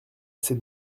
assez